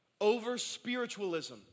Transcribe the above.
over-spiritualism